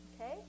okay